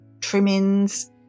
trimmings